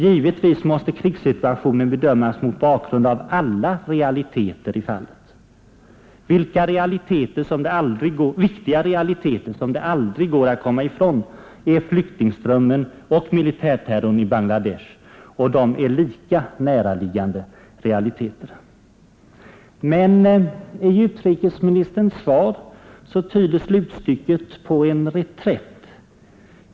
Givetvis måste krigssituationen bedömas mot bakgrund av alla realiteter i fallet. Viktiga realiteter som det aldrig går att komma ifrån är flyktingströmmen och militärterrorn i Bangla Desh. De är lika näraliggande realiteter. I utrikesministerns svar tyder slutstycket på en reträtt.